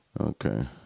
Okay